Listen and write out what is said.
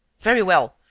very well.